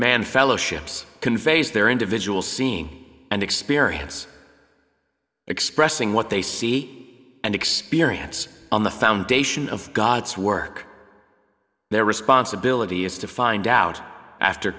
man fellowships conveys their individual seen and experience expressing what they see and experience on the foundation of god's work their responsibility is to find out after